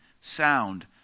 Sound